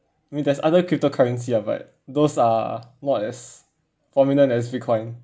mean there's other crypto currency ah but those are not as prominent as bitcoin